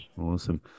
awesome